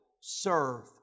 serve